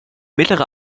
mittlere